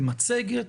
במצגת.